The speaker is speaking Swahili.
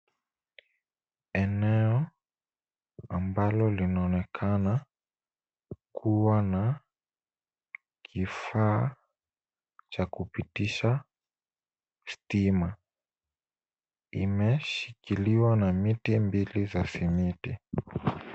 Eneo ambalo linaonekana kuwa na kifaa cha kupitisha stima imeshikiliwa na miti mbili za simiti.